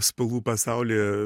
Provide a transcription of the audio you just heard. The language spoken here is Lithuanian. spalvų pasaulyje